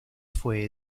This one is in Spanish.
fue